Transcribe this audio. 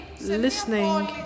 listening